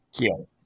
kill